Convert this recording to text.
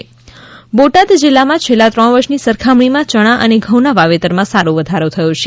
ચણા ખરીદી બોટાદ જીલ્લામાં છેલ્લા ત્રણ વર્ષની સરખામણીમાં ચણા અને ઘઉંના વાવેતરમાં સારો વધારો થયો છે